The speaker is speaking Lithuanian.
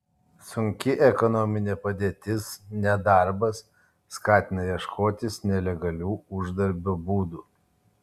sunki ekonominė padėtis nedarbas skatina ieškotis nelegalių uždarbio būdų